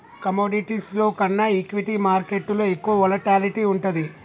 కమోడిటీస్లో కన్నా ఈక్విటీ మార్కెట్టులో ఎక్కువ వోలటాలిటీ వుంటది